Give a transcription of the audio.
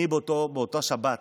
באותה שבת